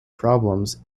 problems